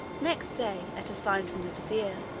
next day, at a sign from the vizier,